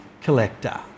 collector